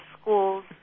schools